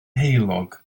heulog